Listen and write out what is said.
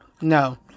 No